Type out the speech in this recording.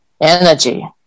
energy